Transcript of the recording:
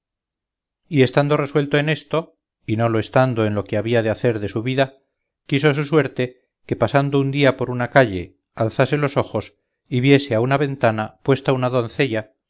y estando resuelto en esto y no lo estando en lo que había de hacer de su vida quiso su suerte que pasando un día por una calle alzase los ojos y viese a una ventana puesta una doncella